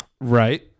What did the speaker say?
Right